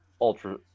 ultra